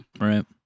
Right